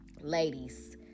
ladies